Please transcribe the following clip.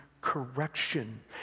correction